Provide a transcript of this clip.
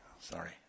Sorry